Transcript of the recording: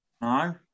No